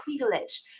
privilege